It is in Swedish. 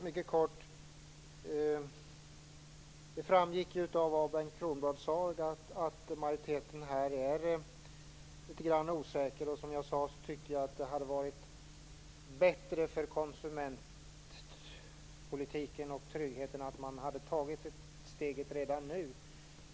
Fru talman! Det framgick ju av vad Bengt Kronblad sade att majoriteten är litet osäker. Jag tycker att det hade varit bättre för konsumentpolitiken och tryggheten om man hade tagit steget redan nu.